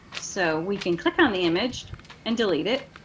so we can click on the image and delete it